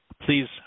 Please